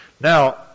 Now